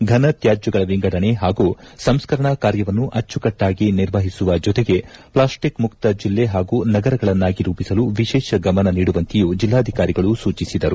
ಘನತ್ಕಾಜ್ಞಗಳ ವಿಂಗಡಣೆ ಹಾಗೂ ಸಂಸ್ಕರಣಾ ಕಾರ್ಯವನ್ನು ಅಚ್ಚಿಕಟ್ಟಾಗಿ ನಿರ್ವಹಿಸುವ ಜೊತೆಗೆ ಪ್ಲಾಸ್ಟಿಕ್ ಮುಕ್ತ ಜಿಲ್ಲೆ ಪಾಗೂ ನಗರಗಳನ್ನಾಗಿ ರೂಪಿಸಲು ವಿರೇಷ ಗಮನ ನೀಡುವಂತೆಯೂ ಜಿಲ್ಲಾಧಿಕಾರಿಗಳು ಸೂಚಿಸಿದರು